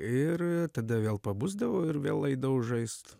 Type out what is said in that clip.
ir tada vėl pabusdavau ir vėl eidavau žaist